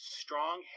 strong